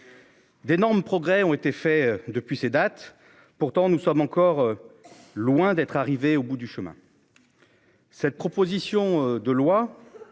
D'énormes progrès ont été faits depuis ces dates. Pourtant, nous sommes encore. Loin d'être arrivé au bout du chemin.-- Cette proposition de loi.